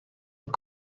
les